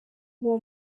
uwo